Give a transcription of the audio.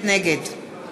נגד